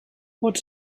what